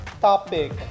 topic